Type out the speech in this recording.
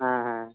ᱦᱮᱸᱻᱦᱮᱸᱻ